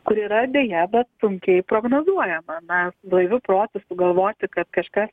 kur yra deja bet sunkiai prognozuojama nes blaiviu protu sugalvoti kad kažkas